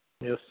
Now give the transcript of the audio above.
Yes